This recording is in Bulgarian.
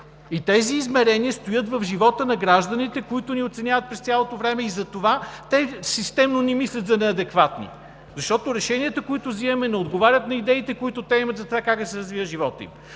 И тези измерения стоят в живота на гражданите, които ни оценяват през цялото време. Затова те системно ни мислят за неадекватни, защото решенията, които имаме, не отговарят на идеите, които те имат за това как да се развива животът им.